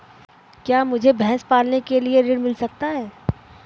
क्या मुझे भैंस पालने के लिए ऋण मिल सकता है?